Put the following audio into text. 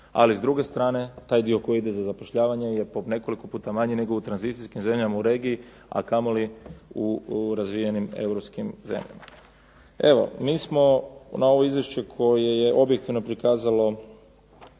Ali s druge strane taj dio koji ide za zapošljavanje je po nekoliko puta manji nego u tranzicijskim zemljama u regiji, a kamoli u razvijenim europskim zemljama. Evo, mi smo na ovo izvješće koje je objektivno prikazalo